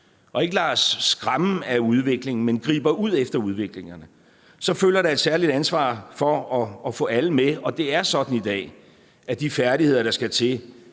og ikke lader os skræmme af udviklingen, men griber ud efter udviklingerne, så følger der et særligt ansvar for at få alle med, og det er sådan i dag, at de færdigheder, der skal til